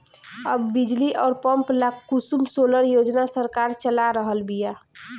अब बिजली अउर पंप ला कुसुम सोलर योजना सरकार चला रहल बिया